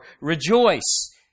rejoice